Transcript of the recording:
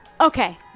Okay